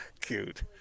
Cute